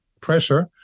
pressure